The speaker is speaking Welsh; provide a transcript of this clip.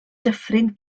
dyffryn